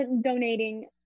donating